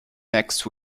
next